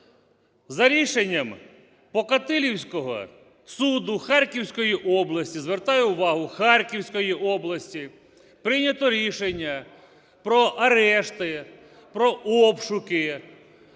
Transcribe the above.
за рішеннямПокотилівського суду Харківської області, звертаю увагу, Харківської області, прийнято рішення про арешти, про обшуки